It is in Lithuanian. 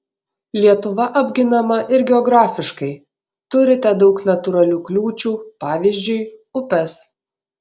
lietuva apginama ir geografiškai turite daug natūralių kliūčių pavyzdžiui upes